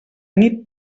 nit